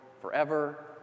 forever